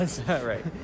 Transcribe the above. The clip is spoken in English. Right